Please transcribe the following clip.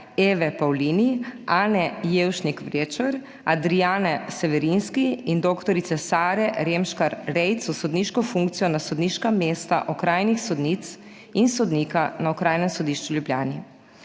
Eve Paulini, Ane Jevšnik Vrečer, Adrijane Severinski in dr. Sare Remškar Rejc v sodniško funkcijo na sodniška mesta okrajnih sodnic in sodnika na Okrajnem sodišču v Ljubljani.